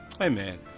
Amen